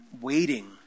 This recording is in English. waiting